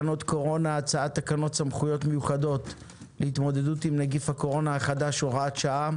הצעת תקנות סמכויות מיוחדות להתמודדות עם נגיף הקורונה החדש (הוראת שעה)